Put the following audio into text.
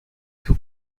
two